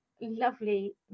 lovely